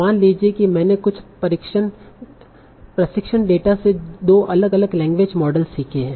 मान लीजिए कि मैंने कुछ प्रशिक्षण डेटा से दो अलग अलग लैंग्वेज मॉडल सीखे हैं